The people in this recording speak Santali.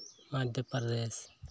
ᱢᱚᱫᱽᱫᱷᱚᱯᱨᱚᱫᱮᱥ